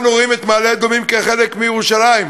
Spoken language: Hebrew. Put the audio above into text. אנחנו רואים את מעלה-אדומים כחלק מירושלים,